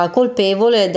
colpevole